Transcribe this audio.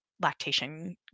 lactation